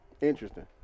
interesting